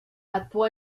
actuó